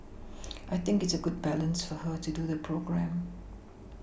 I think it's a good balance for her to do the programme